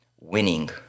winning